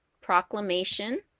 Proclamation